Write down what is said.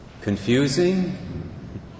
Confusing